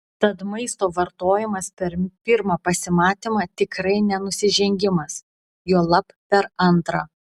tad maisto vartojimas per pirmą pasimatymą tikrai ne nusižengimas juolab per antrą